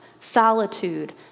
solitude